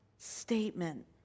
statement